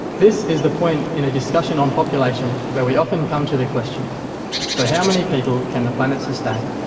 this is the point in a discussion on population, where we often come to the question so, how many people can the planet sustain?